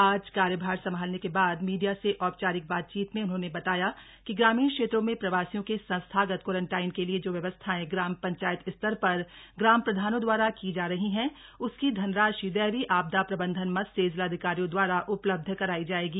आज कार्यभार संभालने के बाद मीडिया से औपचारिक बातचीत में उन्होंने बताया कि ग्रामीण क्षेत्रों में प्रवासियों के संस्थागत क्वारंटाइन के लिए जो व्यवस्थाएं ग्राम पंचायत स्तर पर ग्राम प्रधानों दवारा की जा रही है उसकी धनराशि दैवीय आपदा प्रबंधन मद से जिलाधिकारियों दवारा उपलब्ध कराई जायेगी